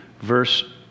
verse